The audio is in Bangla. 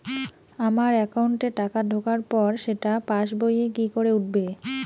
আমার একাউন্টে টাকা ঢোকার পর সেটা পাসবইয়ে কি করে উঠবে?